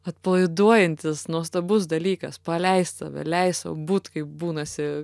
atpalaiduojantis nuostabus dalykas paleist save leis sau būt kaip būnasi